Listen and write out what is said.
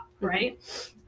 right